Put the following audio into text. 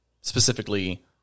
specifically